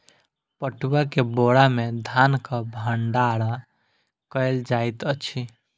पटुआ के बोरा में धानक भण्डार कयल जाइत अछि